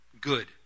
good